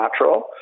natural